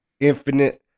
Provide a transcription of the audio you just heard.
infinite